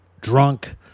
drunk